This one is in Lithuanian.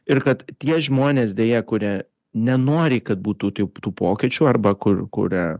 ir kad tie žmonės deja kurie nenori kad būtų tų pokyčių arba kur kurie